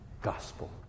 Gospel